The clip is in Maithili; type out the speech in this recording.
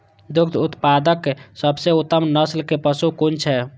दुग्ध उत्पादक सबसे उत्तम नस्ल के पशु कुन छै?